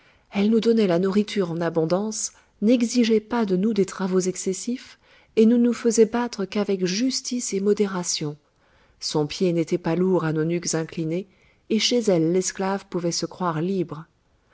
elle nous donnait la nourriture en abondance n'exigeait pas de nous des travaux excessifs et ne nous faisait battre qu'avec justice et modération son pied n'était pas lourd à nos nuques inclinées et chez elle l'esclave pouvait se croire libre